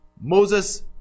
Moses